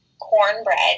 cornbread